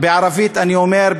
בערבית אני אומר,